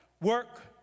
Work